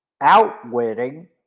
Outwitting